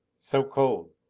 so cold.